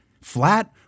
Flat